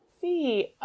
see